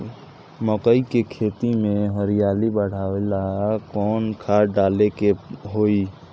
मकई के खेती में हरियाली बढ़ावेला कवन खाद डाले के होई?